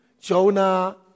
Jonah